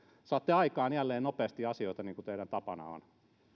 saatte aikaan jälleen nopeasti asioita niin kuin teidän tapananne on